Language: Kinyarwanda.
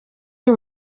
uyu